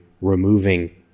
removing